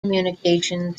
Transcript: communication